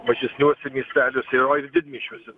mažesniuose miesteliuose o ir didmiesčiuose